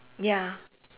ya